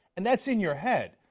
and that is in your head.